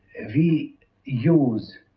we use